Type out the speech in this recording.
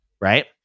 right